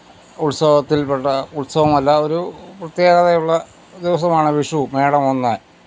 ഉത്സവത്തില് പെട്ട ഉത്സവമല്ല ഒരു പ്രത്യേകതയുള്ള ദിവസമാണ് വിഷൂ മേടമൊന്ന്